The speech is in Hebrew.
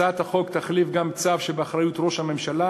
הצעת החוק תחליף גם צו שבאחריות ראש הממשלה.